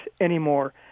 anymore